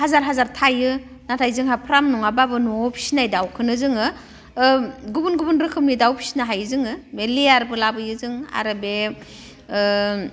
हाजार हाजार थायो नाथाय जोंहा फार्म नङाबाबो न'आव फिसिनाय दाउखौनो जोङो गुबुन गुबुन रोखोमनि दाउ फिसिनो हायो जोङो बे लेयारबो लायो जों आरो बे